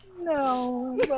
No